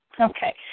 Okay